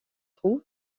trou